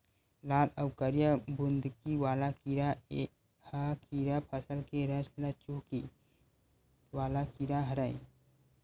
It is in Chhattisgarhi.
लाल अउ करिया बुंदकी वाला कीरा ए ह कीरा फसल के रस ल चूंहके वाला कीरा हरय